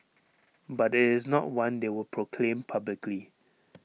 but IT is not one they will proclaim publicly